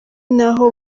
n’aho